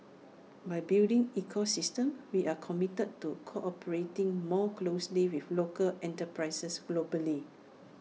by building ecosystem we are committed to cooperating more closely with local enterprises globally